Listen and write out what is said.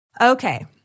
Okay